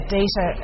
data